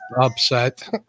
upset